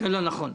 לא נכון.